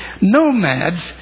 nomads